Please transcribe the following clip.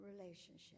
relationship